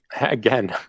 Again